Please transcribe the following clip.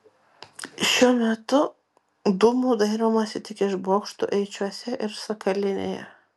šiuo metu dūmų dairomasi tik iš bokštų eičiuose ir sakalinėje